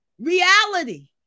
Reality